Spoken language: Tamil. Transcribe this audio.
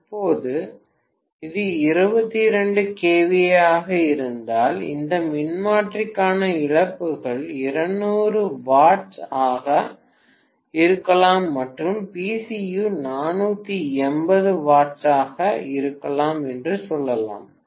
இப்போது இது 22 kVA ஆக இருந்தால் இந்த மின்மாற்றிக்கான இழப்புகள் 200 W ஆக இருக்கலாம் மற்றும் PCU 480 W ஆக இருக்கலாம் என்று சொல்லலாம்